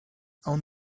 own